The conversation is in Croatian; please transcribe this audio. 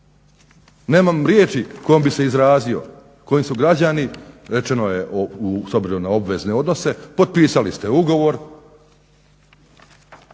nemam riječi kojom bi se izrazio, kojom su građani, rečeno je u, s obzirom na obveze odnose potpisali ste ugovor,